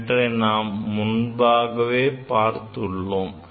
இவற்றை நாம் முன்பே பார்த்துள்ளோம்